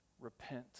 repent